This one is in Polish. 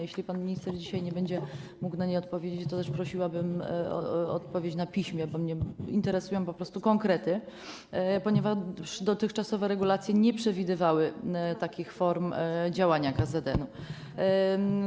Jeśli pan minister dzisiaj nie będzie mógł na nie odpowiedzieć, to prosiłabym o odpowiedź na piśmie, bo mnie interesują po prostu konkrety, ponieważ dotychczasowe regulacje nie przewidywały takich form działania KZN-u.